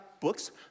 books